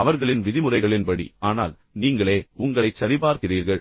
அவர்களின் விதிமுறைகளின்படி ஆனால் நீங்களே உங்களைச் சரிபார்க்கிறீர்கள்